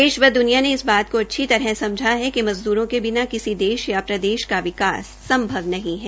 देश व द्निया ने इस बात को अच्छी तरह समझा है कि मज़दूरों के बिना किसी देश या प्रदेश का विकास संभव नहीं है